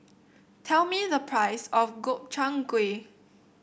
tell me the price of Gobchang Gui